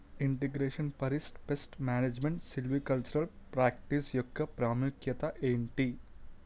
integration forest pest management silvicultural practice యెక్క ప్రాముఖ్యత ఏంటి